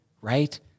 right